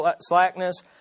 slackness